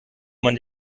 man